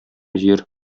җир